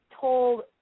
told